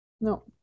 No